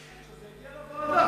חכה שזה יגיע לוועדה.